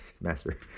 master